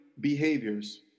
behaviors